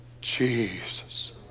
Jesus